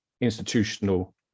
institutional